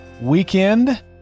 weekend